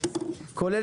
כולל